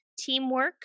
teamwork